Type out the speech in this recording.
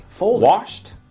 washed